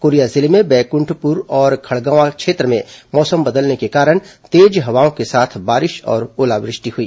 Korea जिले के Baikunthpur और खड़गवां क्षेत्र में मौसम बदलने के कारण तेज हवाओं के साथ बारिश और ओलावृष्टि हुई